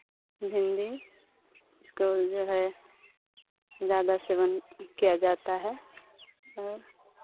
भिंडी उसको जो है ज्यादा सेवन किया जाता है और